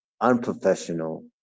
unprofessional